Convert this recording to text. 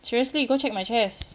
seriously you go check my chest